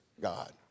God